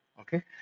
Okay